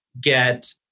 get